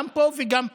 גם פה וגם פה,